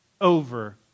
over